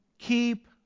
Keep